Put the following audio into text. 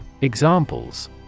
Examples